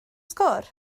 sgôr